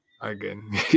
again